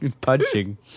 Punching